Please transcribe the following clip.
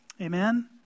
Amen